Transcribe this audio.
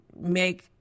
make